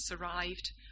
arrived